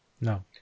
No